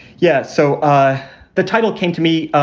yeah. so ah the title came to me.